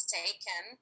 taken